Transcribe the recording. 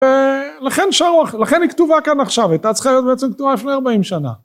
לכן היא כתובה כאן עכשיו, הייתה צריכה להיות בעצם כתובה לפני 40 שנה.